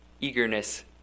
eagerness